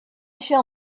shall